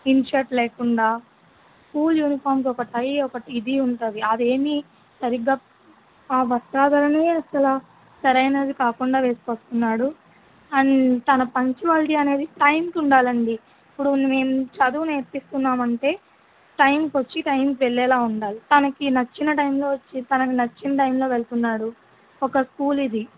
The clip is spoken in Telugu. ఇన్షర్ట్ లేకుండా స్కూల్ యూనిఫామ్కి ఒక టై ఒకటి ఇది ఉంటుంది అదేమీ సరిగ్గా ఆ వస్త్రధారణే అసలు సరైంది కాకుండా వేసుకొస్తున్నాడు అండ్ తన పంక్చువాలిటీ అనేది టైంకి ఉండాలండి ఇప్పుడు మేము చదువు నేర్పిస్తున్నామంటే టైంకొచ్చి టైంకి వెళ్ళేలా ఉండాలి తనకి నచ్చిన టైంలో వచ్చి తనకి నచ్చిన టైంలో వెళ్తున్నాడు ఒక స్కూల్ ఇది